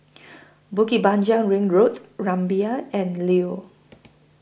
Bukit Panjang Ring Road Rumbia and The Leo